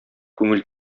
күңел